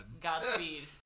Godspeed